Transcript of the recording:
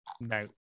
no